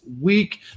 week